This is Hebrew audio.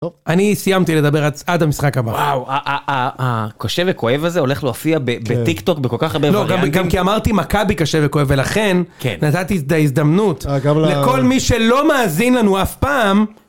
אני סיימתי לדבר עד המשחק הבא. וואו, הקשה וכואב הזה הולך להופיע בטיקטוק בכל כך הרבה ווריאנטים. לא, גם כי אמרתי מכבי קשה וכואב, ולכן נתתי את ההזדמנות לכל מי שלא מאזין לנו אף פעם.